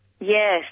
Yes